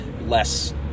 less